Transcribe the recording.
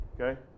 okay